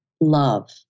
love